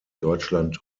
deutschland